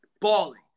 balling